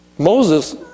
Moses